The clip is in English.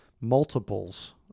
multiples